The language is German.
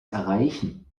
erreichen